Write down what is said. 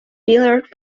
billiard